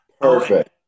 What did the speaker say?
Perfect